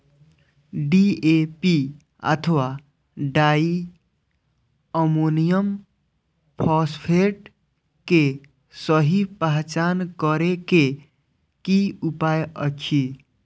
DAP अथवा diammonium phosphate के सहि पहचान करे के कि उपाय अछि?